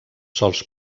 sòls